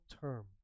term